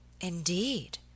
Indeed